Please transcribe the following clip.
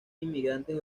inmigrantes